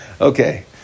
Okay